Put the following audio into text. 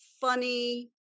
funny